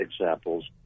examples